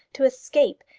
to escape,